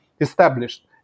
established